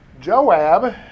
Joab